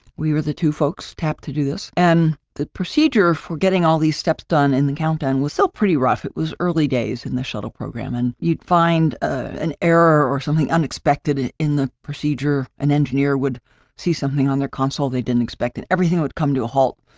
we were the two folks tapped to do this. and the procedure for getting all these steps done in the countdown was still pretty rough. it was early days in the shuttle program, and you'd find an error or something unexpected in the procedure, an engineer would see something on their console, they didn't expect it, everything would come to a halt.